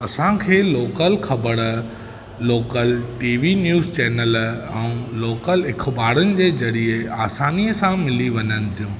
असांखे लोकल ख़बर local T V news channel ऐं लोकल अख़बारनि जे ज़रिए आसनीअ सां मिली वञनि थियूं